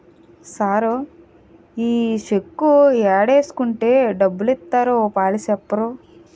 sir ఈ cheque ఏడేసుకుంటే డబ్బులిత్తారో ఓ పాలి సెప్పరూ